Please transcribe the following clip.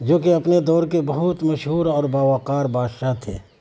جو کہ اپنے دور کے بہت مشہور اور باوقار بادشاہ تھے